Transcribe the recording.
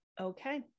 Okay